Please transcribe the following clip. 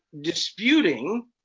disputing